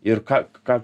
ir ką ką